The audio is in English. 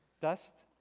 dust?